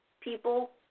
people